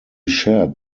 shared